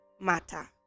matter